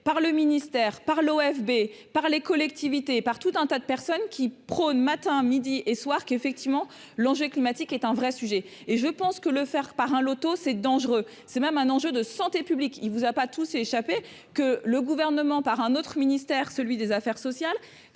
par le ministère par l'OSB par les collectivités par tout un tas de personnes qui prône, matin, midi et soir, qu'effectivement l'enjeu climatique est un vrai sujet et je pense que le faire par un Loto c'est dangereux, c'est même un enjeu de santé publique, il vous a pas tout s'est échappé que le gouvernement, par un autre ministère, celui des Affaires sociales,